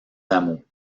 hameaux